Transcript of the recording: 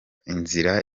inzira